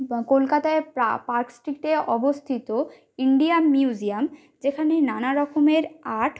কলকাতায় পার্কস্ট্রিটে অবস্থিত ইন্ডিয়ান মিউজিয়াম যেখানে নানা রকমের আর্ট